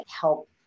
help